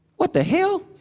what the hell?